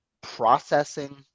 processing